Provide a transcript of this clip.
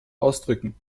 ausdrücken